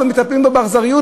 אבל מטפלים בו באכזריות,